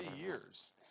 years